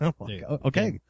Okay